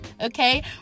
Okay